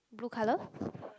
blue colour